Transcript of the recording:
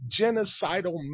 genocidal